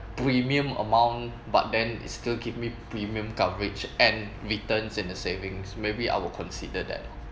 premium amount but then it's still give me premium coverage and returns in the savings maybe I will consider that